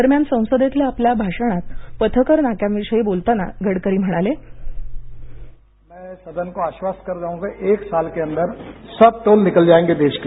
दरम्यान संसदेतल्या आपल्या भाषणात पथकर नाक्यांविषयी बोलताना गडकरी म्हणाले बाईट गडकरी मै सदन को आश्वस्त करता हूं की एक साल के अंदर सब टोल निकल जाएंगे देश के